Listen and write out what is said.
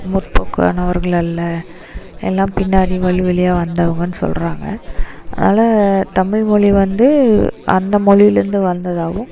முற்போக்கு ஆனவர்கள் அல்ல எல்லாம் பின்னாடி வழி வழியாக வந்தவங்கன்னு சொல்கிறாங்க அதனால் தமிழ்மொழி வந்து அந்த மொழியிலேருந்து வந்ததாகவும்